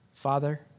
Father